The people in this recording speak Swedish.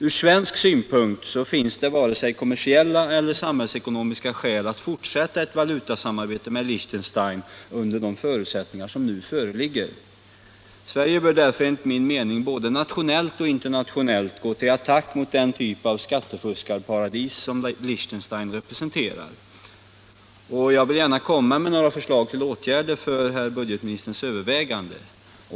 Från svensk synpunkt finns det varken kommersiella eller samhällsekonomiska skäl att fortsätta ett valutasamarbete med Liechtenstein under de förutsättningar som nu föreligger. Sverige bör därför enligt min mening både nationellt och internationellt gå till attack mot den typ av skattefuskarparadis som Liechtenstein representerar. Jag vill gärna komma med några förslag till åtgärder för herr budgetministerns övervägande.